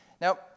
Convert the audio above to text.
Now